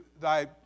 thy